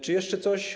Czy jeszcze coś?